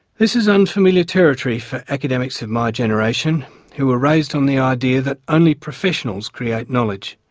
this is unfamiliar territory for academics of my generation who were raised on the idea that only professionals create knowledge.